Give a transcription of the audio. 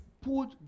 put